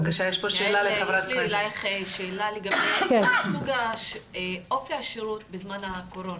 יש לי אליך שאלה לגבי אופי השירות בזמן הקורונה.